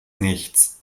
nichts